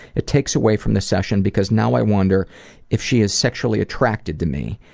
it takes away from the session because now i wonder if she is sexually attracted to me.